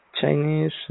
Chinese